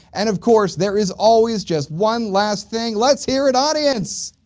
and of course there is always just one last thing, let's hear it audience!